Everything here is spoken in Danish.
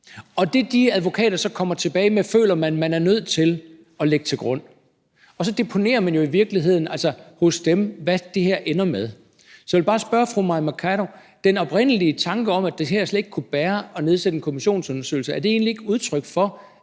Det, de advokater så kommer tilbage med, føler man at man er nødt til at lægge til grund. Altså, så deponerer man jo i virkeligheden hos dem, hvad det her ender med. Så jeg vil bare spørge fru Mai Mercado: Den oprindelige tanke om, at det her slet ikke kunne bære at nedsætte en kommissionsundersøgelse, er den egentlig ikke udtryk for,